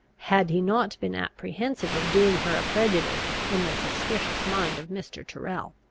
had he not been apprehensive of doing her a prejudice in the suspicious mind of mr. tyrrel.